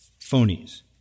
phonies